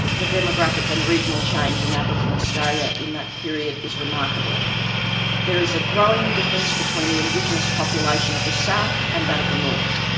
the demographic and regional change in aboriginal australia in that period is remarkable there is a growing difference between the indigenous population of the south and that of the north.